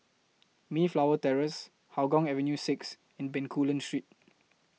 Mayflower Terrace Hougang Avenue six and Bencoolen Street